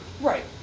Right